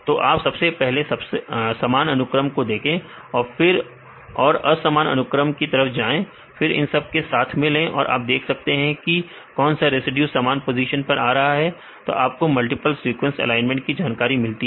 तो आप सबसे पहले समान अनुक्रम को देखें और फिर और असामान अनुक्रम की तरफ जाएं फिर इन सब को साथ में ले और आप देख सकते हैं कि कौन सा रेसिड्यू समान पोजीशन पर आ रहा है तो आपको मल्टीपल सीक्वेंस एलाइनमेंट की जानकारी मिलती है